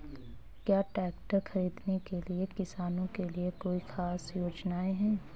क्या ट्रैक्टर खरीदने के लिए किसानों के लिए कोई ख़ास योजनाएं हैं?